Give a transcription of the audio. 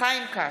חיים כץ,